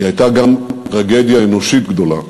היא הייתה גם טרגדיה אנושית גדולה.